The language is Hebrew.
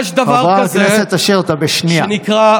חבר הכנסת אשר, אתה בשנייה.